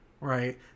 right